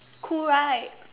cool right